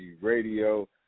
radio